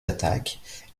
attaques